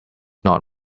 not